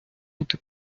бути